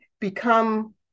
become